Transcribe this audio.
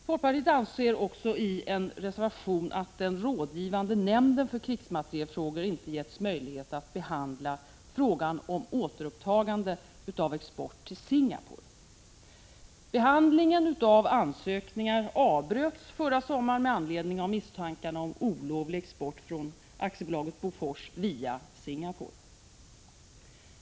Folkpartiet anser också i en reservation att den rådgivande nämnden för krigsmateriel frågor inte givits möjlighet att behandla frågan om återupptagande av export till Singapore. Behandlingen av ansökningar avbröts förra sommaren med anledning av misstankarna om olovlig export från aktiebolaget AB Bofors via Singapore.